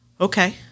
okay